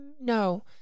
no